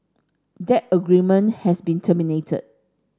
that agreement has been terminated